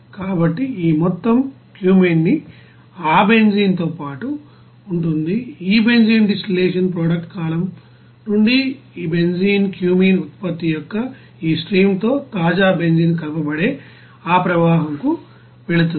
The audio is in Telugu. కాబట్టి ఈ మొత్తం క్యూమెనీ ఆ బెంజీన్ తో పాటు ఉంటుంది ఈ బెంజీన్ డిస్టిల్లేషన్ ప్రొడక్ట్ కాలమ్ నుండి ఈ బెంజీన్ క్యూమీన్ ఉత్పత్తి యొక్క ఈ స్ట్రీమ్ తో తాజా బెంజీన్ కలపబడే ఆ ప్రవాహంకు వెళుతుంది